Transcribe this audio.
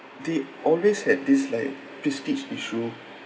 they always had this like free speech issue